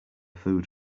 food